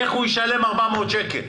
איך הוא ישלם 400 שקלים?